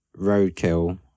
roadkill